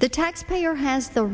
the taxpayer has the